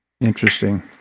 Interesting